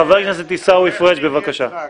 חבר הכנסת עיסאווי פריג', בבקשה.